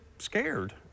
scared